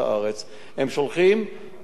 הם שולחים עם ליווי,